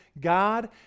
God